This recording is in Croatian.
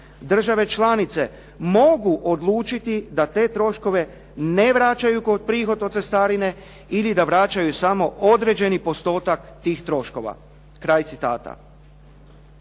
Države članice mogu odlučiti da te troškove ne vraćaju kao prihod od cestarine, ili da vraćaju samo određeni postotak tih troškova.", kraj citata.